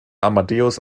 amadeus